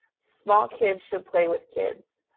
small kids should play with kids.